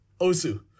osu